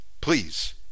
Please